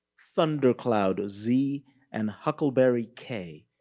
thundercloud z and huckleberry k.